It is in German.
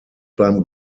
beim